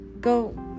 Go